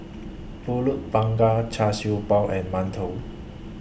Pulut Panggang Char Siew Bao and mantou